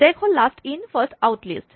stack হ'ল last in first out list